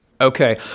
Okay